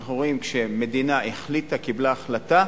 אנחנו רואים, כשמדינה קיבלה החלטה,